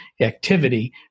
activity